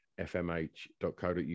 fmh.co.uk